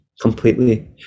completely